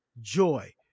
joy